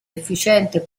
efficiente